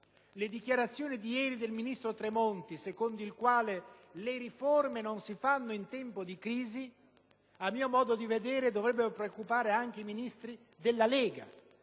Le dichiarazioni di ieri del ministro dell'economia Giulio Tremonti, secondo il quale le riforme non si fanno in tempo di crisi, a mio modo di vedere dovrebbero preoccupare anche i Ministri della Lega